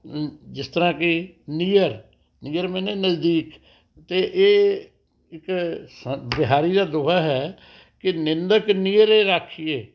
ਜਿਸ ਤਰਾਂ ਕੀ ਨੀਅਰ ਨੀਅਰ ਮੇਨੇ ਨਜ਼ਦੀਕ ਅਤੇ ਇਹ ਇੱਕ ਸ ਬਿਹਾਰੀ ਦਾ ਦੋਹਾ ਹੈ ਕਿ ਨਿੰਦਕ ਨੀਅਰੇ ਰਾਖੀਏ